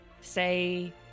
say